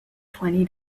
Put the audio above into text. twenty